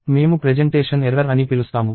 మేము presentation error అని పిలుస్తాము